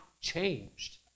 changed